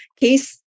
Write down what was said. case